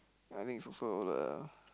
I think it's also the